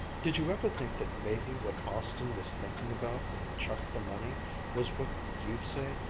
did you ever think that maybe what austin was thinking about when he chucked the money was what you'd say,